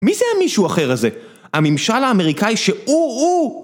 מי זה המישהו אחר הזה? הממשל האמריקאי שהוא, הוא...